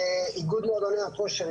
איגוד מועדוני הכושר,